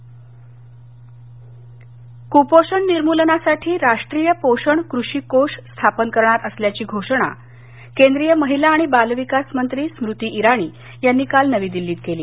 राष्टीय पोषण कषी कोष कुपोषण निर्मुलनासाठी राष्ट्रीय पोषण कृषी कोष स्थापन करणार असल्याची घोषणा केंद्रीय महिला आणि बाल विकास मंत्री स्मृती इराणी यांनी काल नवी दिल्लीत केली